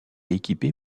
équipé